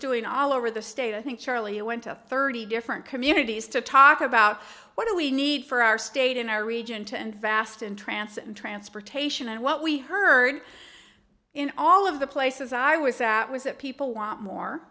doing all over the state i think charlie went to thirty different communities to talk about what do we need for our state in our region to and vast and trance and transportation and what we heard in all of the places i was at was that people want more